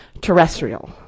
terrestrial